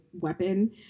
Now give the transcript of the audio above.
weapon